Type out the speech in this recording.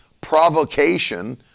provocation